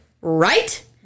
Right